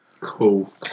Cool